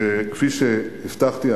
כפי שהבטחתי,